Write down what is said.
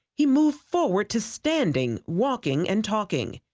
he moved forward to standing, walking, and talking.